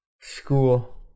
School